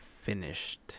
finished